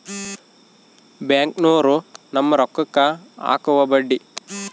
ಬ್ಯಾಂಕ್ನೋರು ನಮ್ಮ್ ರೋಕಾಕ್ಕ ಅಕುವ ಬಡ್ಡಿ